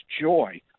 joy